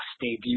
debut